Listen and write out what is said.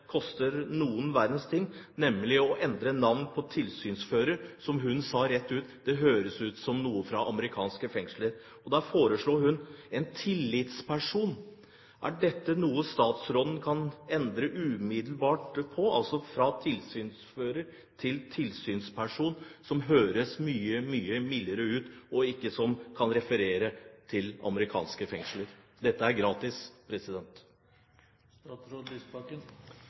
koster noen verdens ting, nemlig å endre ordet «tilsynsfører». Som hun sa rett ut: Det høres ut som noe fra amerikanske fengsler. Hun foreslo «tillitsperson». Er dette noe statsråden kan endre umiddelbart, altså fra «tilsynsfører» til «tillitsperson»? Det høres mye mildere ut, og kan ikke referere til amerikanske fengsler. Dette er gratis!